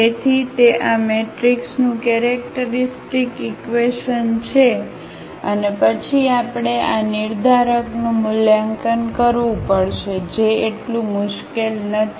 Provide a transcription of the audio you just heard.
તેથી તે આ મેટ્રિક્સનું કેરેક્ટરિસ્ટિક ઈક્વેશન છે અને પછી આપણે આ નિર્ધારકનું મૂલ્યાંકન કરવું પડશે જે એટલું મુશ્કેલ નથી